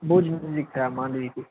ભુજથી જ નીકળ્યા માંડવીથી